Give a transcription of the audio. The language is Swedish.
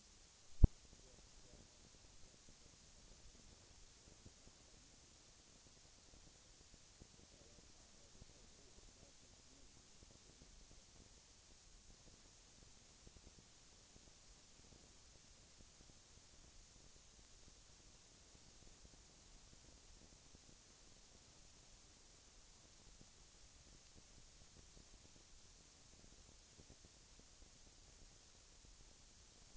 Jag har inget yrkande.